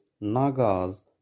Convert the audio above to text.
Nagas